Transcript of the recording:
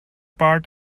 part